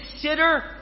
consider